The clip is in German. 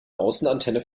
außenantenne